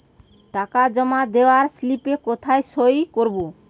টাকা জমা দেওয়ার স্লিপে কোথায় সই করব?